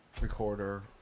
recorder